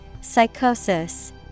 Psychosis